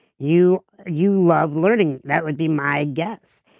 you you love learning, that would be my guess.